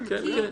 כן, מצוין.